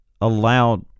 allowed